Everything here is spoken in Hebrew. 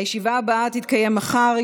הישיבה הבאה תתקיים מחר,